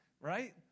Right